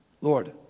Lord